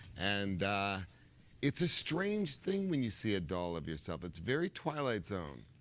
and it's a strange thing when you see a doll of yourself. it's very twilight zone.